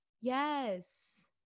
Yes